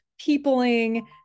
peopling